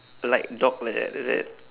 like dog like that is it